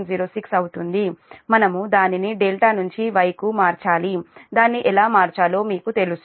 06 అవుతుంది మనము దానిని ∆ నుంచి Y కు మార్చాలి దాన్ని ఎలా మార్చాలో మీకు తెలుసు